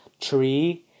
tree